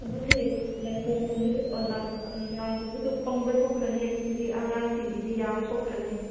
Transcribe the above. ꯑꯗꯨꯅꯦ ꯅꯥꯒꯨꯝꯕꯁꯨ ꯄꯪꯕ ꯊꯣꯛꯈ꯭ꯔꯅꯤ ꯁꯤꯗꯤ ꯑꯉꯥꯡꯁꯤꯡꯒꯤꯗꯤ ꯌꯥꯝ ꯁꯣꯛꯈ꯭ꯔꯅꯤ